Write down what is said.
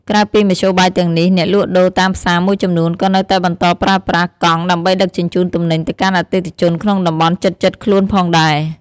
ក្រៅពីមធ្យោបាយទាំងនេះ អ្នកលក់ដូរតាមផ្សារមួយចំនួនក៏នៅតែបន្តប្រើប្រាស់កង់ដើម្បីដឹកជញ្ជូនទំនិញទៅកាន់អតិថិជនក្នុងតំបន់ជិតៗខ្លួនផងដែរ។